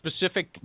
specific